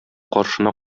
каршына